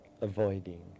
avoiding